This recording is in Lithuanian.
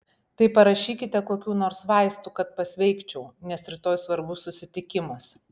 tai parašykite kokių nors vaistų kad pasveikčiau nes rytoj svarbus susitikimas